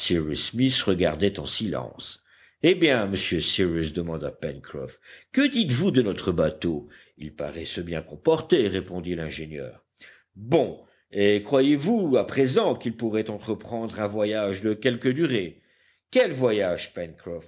regardait en silence eh bien monsieur cyrus demanda pencroff que dites-vous de notre bateau il paraît se bien comporter répondit l'ingénieur bon et croyez-vous à présent qu'il pourrait entreprendre un voyage de quelque durée quel voyage